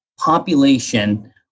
Population